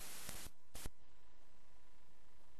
בבחינת איזו יוזמה חלופית,